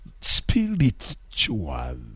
Spiritual